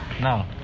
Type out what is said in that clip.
No